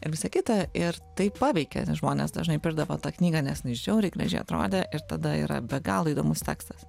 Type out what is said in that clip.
ir visa kita ir taip paveikė nes žmonės dažnai pirkdavo tą knygą nes jinai žiauriai gražiai atrodė ir tada yra be galo įdomus tekstas